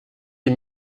les